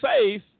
safe